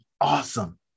awesome